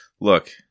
look